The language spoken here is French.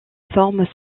formes